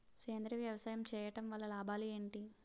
సేంద్రీయ వ్యవసాయం చేయటం వల్ల లాభాలు ఏంటి?